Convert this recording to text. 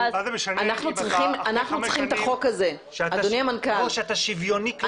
מה זה משנה --- אדוני המנכ"ל,